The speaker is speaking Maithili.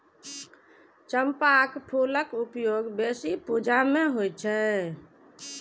चंपाक फूलक उपयोग बेसी पूजा मे होइ छै